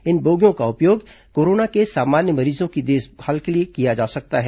इन बोगियों का उपयोग कोरोना के सामान्य मरीजों की देखभाल के लिए किया जा सकता है